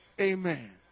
Amen